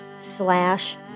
slash